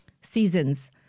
seasons